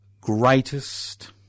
greatest